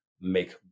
make